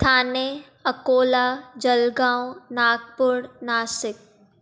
Thane Akola Jalgaon Nagpur Nashik